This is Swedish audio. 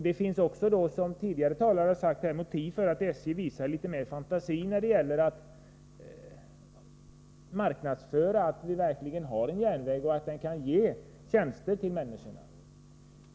Det finns också, som tidigare talare sagt, motiv för att SJ skulle visa litet mer fantasi när det gäller marknadsföring. Man borde visa att vi verkligen har en järnväg och att den kan ge tjänster till människorna.